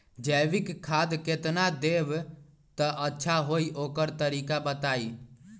जैविक खाद केतना देब त अच्छा होइ ओकर तरीका बताई?